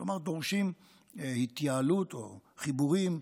כלומר דורשים התייעלות או חיבורים,